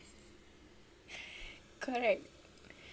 correct